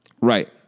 Right